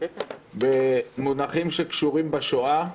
במונחים שקשורים בשואה,